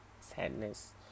Sadness